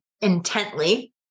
intently